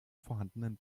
vorhandenen